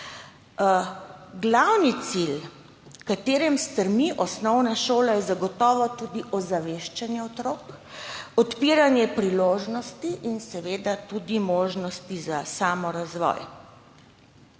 Glavni cilj, h kateremu stremi osnovna šola, je zagotovo tudi ozaveščanje otrok, odpiranje priložnosti in seveda tudi možnosti za samorazvoj.